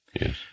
Yes